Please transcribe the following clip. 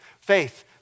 Faith